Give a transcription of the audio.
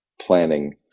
planning